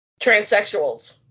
transsexuals